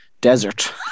desert